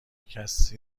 کسی